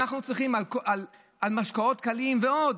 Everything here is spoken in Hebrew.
אנחנו צריכים, על משקאות קלים ועוד,